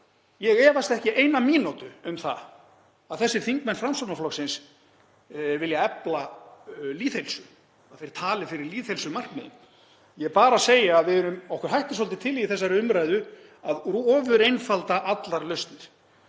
Ég efast ekki eina mínútu um það að þessir þingmenn Framsóknarflokksins vilji efla lýðheilsu, að þeir tali fyrir lýðheilsumarkmiðum. Ég er bara að segja að okkur hættir svolítið til í þessari umræðu að ofureinfalda allar lausnir.